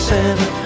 Santa